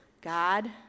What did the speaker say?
God